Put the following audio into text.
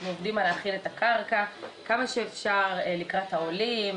אנחנו עובדים על להכין את הקרקע כמה שאפשר לקראת העולים,